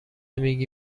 میگی